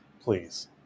Please